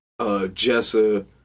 Jessa